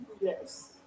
Yes